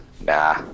Nah